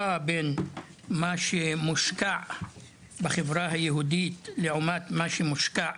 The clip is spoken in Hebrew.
בין מה שמושקע בחברה היהודית לעומת מה שמושקע